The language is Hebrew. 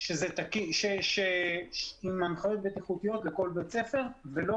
עם הנחיות בטיחותיות לכל בית ספר ולא